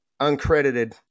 uncredited